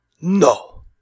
No